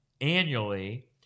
annually